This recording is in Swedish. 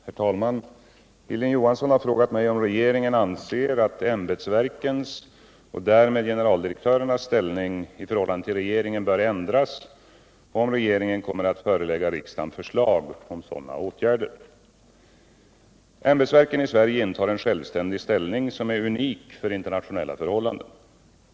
Herr talman! Hilding Johansson har frågat mig om regeringen anser att ämbetsverkens och därmed generaldirektörernas ställning i förhållande till regeringen bör ändras och om regeringen kommer att förelägga riksdagen förslag om sådana åtgärder. Ämbetsverken i Sverige intar en självständig ställning, som är unik för internationella förhållanden.